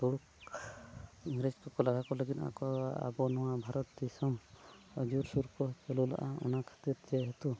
ᱛᱩᱲᱩᱠ ᱤᱝᱨᱮᱡᱽ ᱠᱚᱠᱚ ᱞᱟᱜᱟ ᱠᱚ ᱞᱟᱹᱜᱤᱫ ᱟᱵᱚ ᱱᱚᱣᱟ ᱵᱷᱟᱨᱚᱛ ᱫᱤᱥᱚᱢ ᱡᱳᱨ ᱥᱚᱨ ᱠᱚ ᱪᱟᱹᱞᱩ ᱞᱮᱜᱼᱟ ᱚᱱᱟ ᱠᱷᱟᱹᱛᱤᱨ ᱡᱮᱦᱮᱛᱩ